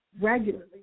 regularly